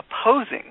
opposing